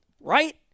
Right